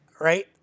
right